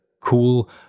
cool